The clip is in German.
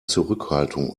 zurückhaltung